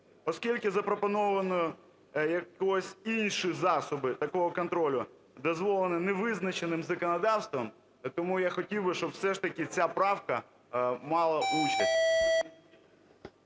Оскільки запропонованого якогось іншого засобу такого контролю дозволеного не визначено законодавством, тому я хотів би, щоб все ж таки ця правка мала участь.